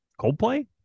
Coldplay